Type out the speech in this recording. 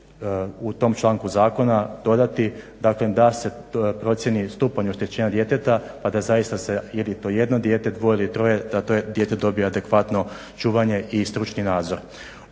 u tom članku zakona dodati dakle da se procijeni stupanj oštećenja djeteta, a da zaista se, jer je to jedno dijete, dvoje ili troje, da to dijete dobije adekvatno čuvanje i stručni nadzor.